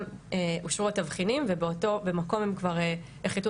גם אושרו התבחינים ובמקום הם כבר החליטו